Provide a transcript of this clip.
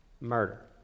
murder